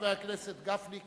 חבר הכנסת משה גפני,